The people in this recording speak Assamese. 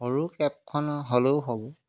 সৰু কেবখন হ'লেও হ'ব